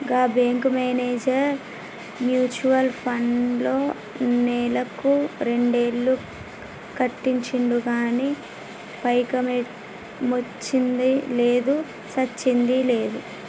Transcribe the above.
గా bank manager mutual ఫండ్లో నెలకు రెండేలు కట్టించిండు గానీ పైకమొచ్చ్చింది లేదు, సచ్చింది లేదు